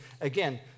again